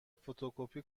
فتوکپی